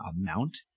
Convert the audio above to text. amount